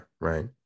right